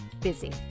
busy